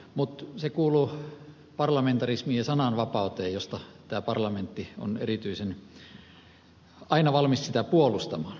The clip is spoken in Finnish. mutta se kuuluu parlamentarismiin ja sananvapauteen jota tämä parlamentti on aina valmis puolustamaan